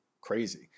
crazy